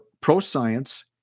pro-science